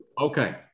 Okay